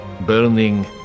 burning